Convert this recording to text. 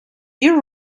you